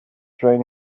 train